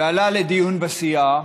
ועלה לדיון בסיעה,